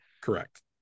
Correct